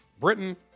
Britain